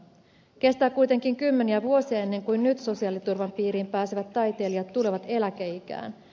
kestää kuitenkin kymmeniä vuosia ennen kuin nyt sosiaaliturvan piiriin pääsevät taiteilijat tulevat eläkeikään